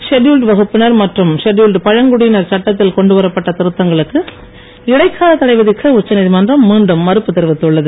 schedule வகுப்பினர் மற்றும் scheduled பழங்குடியினர் சட்டத்தை கொண்டுவரப்பட்ட திருத்தங்களுக்கு இடைக்கால தடைவிதிக்க உச்சநீதிமன்றம் மீண்டும் மறுப்பு தெரிவித்துள்ளது